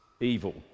evil